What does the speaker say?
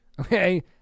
okay